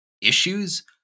issues